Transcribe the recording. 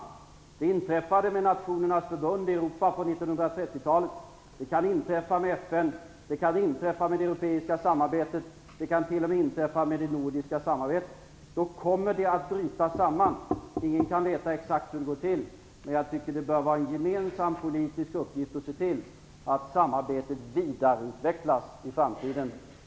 Det inträffade med Nationernas förbund i Europa på 1930-talet, och det kan inträffa med FN, med det europeiska samarbetet och t.o.m. med det nordiska samarbetet. Ingen kan veta exakt hur ett sådant sammanbrott kan ske, men jag tycker att det skall vara en gemensam politisk uppgift att se till att samarbetet vidareutvecklas i framtiden.